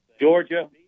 Georgia